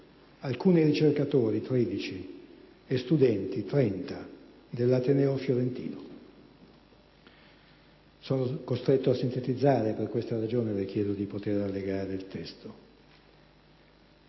13 ricercatori e 30 studenti dell'ateneo fiorentino. Sono costretto a sintetizzare, e per questa ragione le ho chiesto di poter allegare il testo.